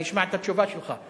אני אשמע את התשובה שלך,